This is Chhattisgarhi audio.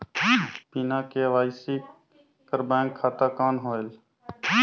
बिना के.वाई.सी कर बैंक खाता कौन होएल?